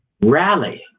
rally